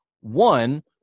one